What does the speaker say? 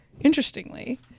interestingly